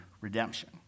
redemption